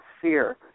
fear